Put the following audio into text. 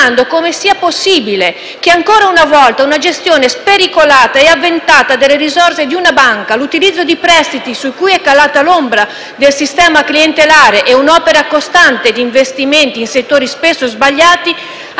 come sia possibile che ancora una volta una gestione spericolata e avventata delle risorse di una banca, l'utilizzo di prestiti su cui è calata l'ombra del sistema clientelare e un'opera costante di investimenti in settori spesso sbagliati